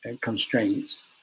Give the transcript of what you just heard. constraints